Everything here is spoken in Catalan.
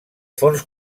fons